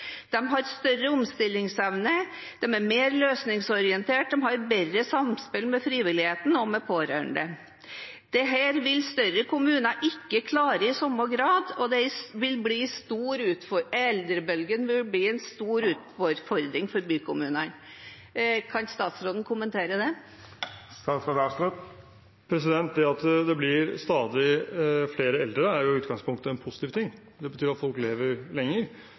har et bedre samspill med frivilligheten og de pårørende. Dette vil større kommuner ikke klare i samme grad, og eldrebølgen vil bli en stor utfordring for bykommunene. Kan statsråden kommentere det? Det at det blir stadig flere eldre, er i utgangspunktet noe positivt. Det betyr at folk lever